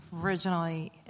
originally